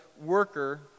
worker